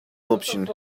option